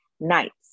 nights